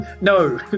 no